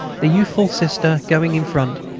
the youthful sister, going in front,